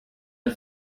der